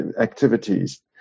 activities